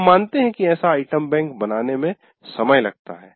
हम मानते हैं कि ऐसा आइटम बैंक बनाने में समय लगता है